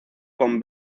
con